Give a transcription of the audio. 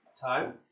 time